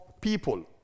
people